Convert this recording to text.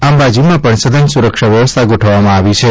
અંબાજીમાં પણ સઘન સુરક્ષા વ્યવસ્થા ગોઠવવામાં આવી છે